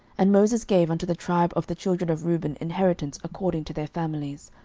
and moses gave unto the tribe of the children of reuben inheritance according to their families.